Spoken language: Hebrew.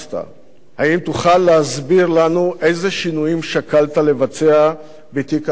האם תוכל להסביר לנו איזה שינויים שקלת לבצע בתיק ההשקעות שלך?